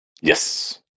Yes